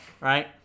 right